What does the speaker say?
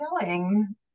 selling